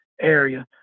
area